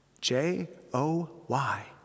J-O-Y